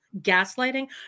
gaslighting